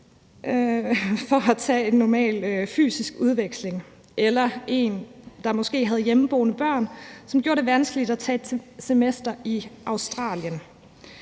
for at tage et normalt fysisk udvekslingsophold, eller det kunne være en, der måske havde hjemmeboende børn, som gjorde det vanskeligt at tage et semester i Australien,